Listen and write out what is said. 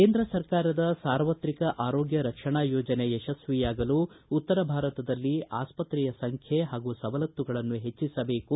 ಕೇಂದ್ರ ಸರ್ಕಾರದ ಸಾರ್ವತ್ರಿಕ ಆರೋಗ್ಯ ರಕ್ಷಣಾ ಯೋಜನೆ ಯಶಸ್ವಿಯಾಗಲು ಮೊದಲು ಉತ್ತರ ಭಾರತದಲ್ಲಿ ಆಸ್ಪತ್ರೆಯ ಸಂಖ್ಯೆ ಹಾಗೂ ಸವಲತ್ತುಗಳನ್ನು ಹೆಚ್ಚಸಬೇಕು